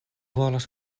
volas